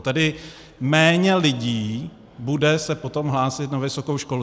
Tedy méně lidí bude se potom hlásit na vysokou školu.